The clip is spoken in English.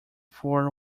four